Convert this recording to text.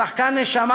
שחקן נשמה,